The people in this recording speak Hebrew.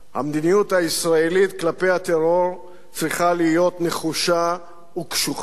המדיניות הישראלית כלפי הטרור צריכה להיות נחושה וקשוחה.